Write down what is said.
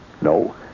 No